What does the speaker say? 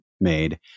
made